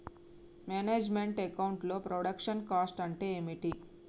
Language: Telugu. మేనేజ్ మెంట్ అకౌంట్ లో ప్రొడక్షన్ కాస్ట్ అంటే ఏమిటి?